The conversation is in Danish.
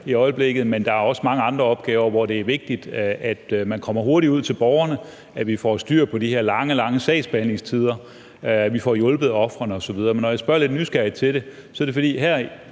i øjeblikket, men der er også mange andre opgaver, hvor det er vigtigt, at man kommer hurtigt ud til borgerne, og vi skal have styr på de her lange, lange sagsbehandlingstider, at vi får hjulpet ofrene osv. Men når jeg spørger lidt nysgerrigt til det, er det, fordi der